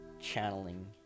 channeling